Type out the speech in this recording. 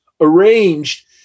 arranged